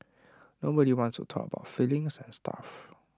nobody wants to talk about feelings and stuff